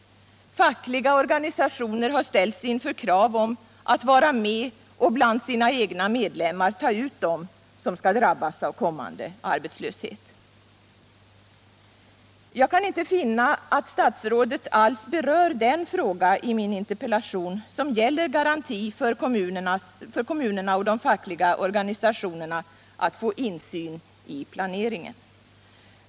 Fackliga organisationer har ställts inför krav på att vara med om att bland sina egna medlemmar ta ut dem som skall drabbas av kommande arbetslöshet. Jag kan inte finna att statsrådet alls berör den fråga i min interpellation som gäller garanti för kommunernas och de fackliga organisationernas insyn i planeringen.